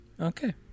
Okay